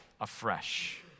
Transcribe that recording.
afresh